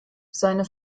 seine